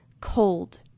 cold